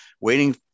waiting